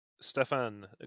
Stefan